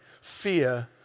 fear